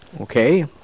Okay